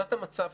תמונת המצב,